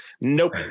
Nope